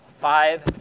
five